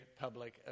public